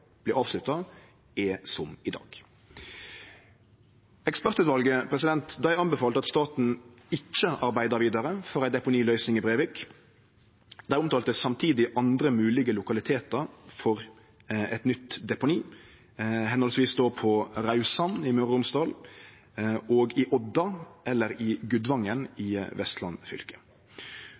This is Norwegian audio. avslutta, er som i dag. Ekspertutvalet anbefalte at staten ikkje arbeidde vidare for ei deponiløysing i Brevik. Dei omtalte samtidig andre moglege lokalitetar for eit nytt deponi, då på Raudsand i Møre og Romsdal og i Odda eller Gudvangen i Vestland fylke.